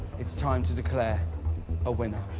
it's time to declare a winner.